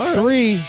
three